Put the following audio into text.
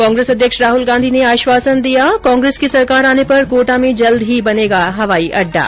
कांग्रेस अध्यक्ष राहल गांधी ने आश्वासन दिया कि कांग्रेस की सरकार आने पर कोटा में जल्दी ही बनेगा हवाई अड्डा